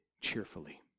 cheerfully